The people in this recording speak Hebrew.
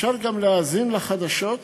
גם אפשר להאזין לחדשות,